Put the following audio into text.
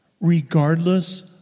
regardless